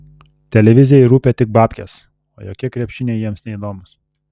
televizijai rūpi tik babkės o jokie krepšiniai jiems neįdomūs